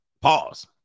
Pause